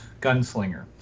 Gunslinger